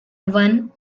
one